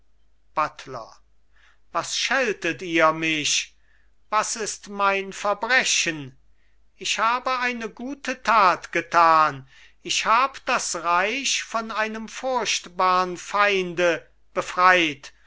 buttler was scheltet ihr mich was ist mein verbrechen ich habe eine gute tat getan ich hab das reich von einem furchtbarn feinde befreit